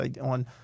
On